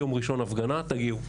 ביום ראשון הפגנה תגיעו.